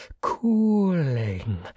cooling